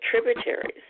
tributaries